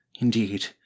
Indeed